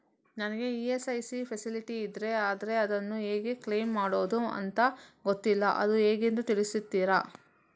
ನನಗೆ ESIC facility ಇದೆ ಆದ್ರೆ ಅದನ್ನು ಹೇಗೆ ಕ್ಲೇಮ್ ಮಾಡೋದು ಅಂತ ಗೊತ್ತಿಲ್ಲ ಅದು ಹೇಗೆಂದು ತಿಳಿಸ್ತೀರಾ?